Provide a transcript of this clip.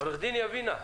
עורך דין יבינה,